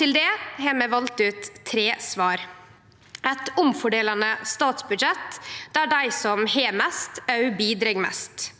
Til det har vi valt ut tre svar: – eit omfordelande statsbudsjett der dei som har mest, òg bidreg mest